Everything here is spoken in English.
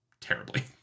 terribly